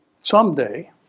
someday